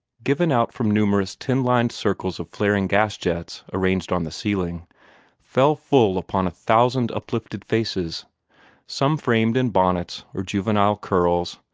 given out from numerous tin-lined circles of flaring gas-jets arranged on the ceiling fell full upon a thousand uplifted faces some framed in bonnets or juvenile curls,